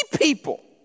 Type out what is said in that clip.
people